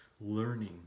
learning